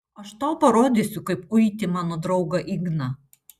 aš tau parodysiu kaip uiti mano draugą igną